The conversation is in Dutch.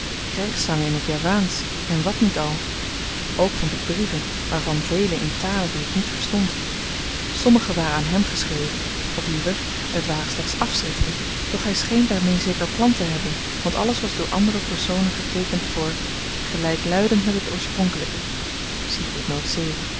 krygszangen in het javaansch en wat niet al ook vond ik brieven waarvan velen in talen die ik niet verstond sommigen waren aan hem geschreven of liever het waren slechts afschriften doch hy scheen daarmee zeker plan te hebben want alles was door andere personen geteekend voor gelykluidend met het oorspronkelyke